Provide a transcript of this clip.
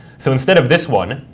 so instead of this one,